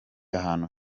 ahantu